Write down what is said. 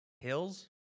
hills